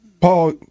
Paul